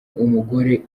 umugore